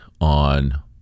on